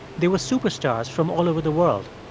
they were superstars from all over the world.